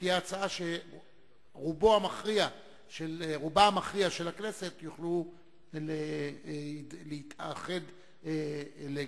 שתהיה הצעה שרובה המכריע של הכנסת תוכל להתאחד לגביה.